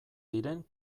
diren